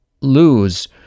lose